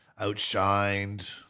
outshined